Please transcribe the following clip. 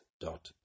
dot